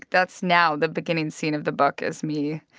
that's now the beginning scene of the book is me,